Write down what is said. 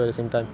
mean